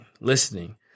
listening